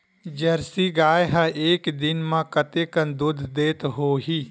Jersey गाय ह एक दिन म कतेकन दूध देत होही?